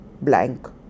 Blank